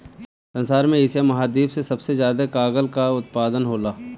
संसार में एशिया महाद्वीप से सबसे ज्यादा कागल कअ उत्पादन होला